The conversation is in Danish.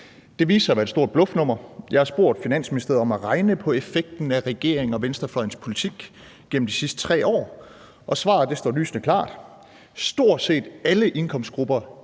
Det viste sig at være et stort bluffnummer. Jeg har bedt Finansministeriet om at regne på effekten af regeringen og venstrefløjens politik gennem de sidste 3 år, og svaret står lysende klart: Stort set alle indkomstgrupper